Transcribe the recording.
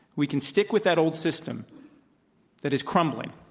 we can stick with that old system that is crumbling,